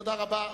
תודה רבה.